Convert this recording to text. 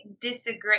disagree